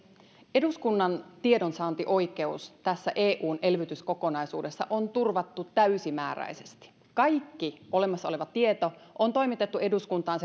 eduskunnan tiedonsaantioikeus tässä eun elvytyskokonaisuudessa on turvattu täysimääräisesti kaikki olemassa oleva tieto on toimitettu eduskuntaan